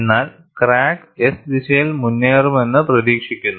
എന്നാൽ crack S ദിശയിൽ മുന്നേറുമെന്ന് പ്രതീക്ഷിക്കുന്നു